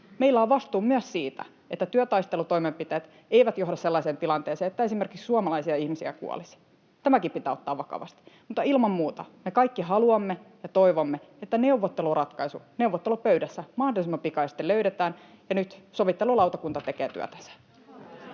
Meillä on vastuu myös siitä, että työtaistelutoimenpiteet eivät johda sellaiseen tilanteeseen, jossa esimerkiksi suomalaisia ihmisiä kuolisi. Tämäkin pitää ottaa vakavasti. Mutta ilman muuta me kaikki haluamme ja toivomme, että neuvotteluratkaisu löydetään neuvottelupöydässä mahdollisimman pikaisesti, ja nyt sovittelulautakunta tekee työtänsä.